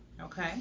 Okay